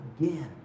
again